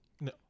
No